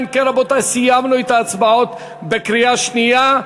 אם כן, רבותי, סיימנו את ההצבעות בקריאה שנייה.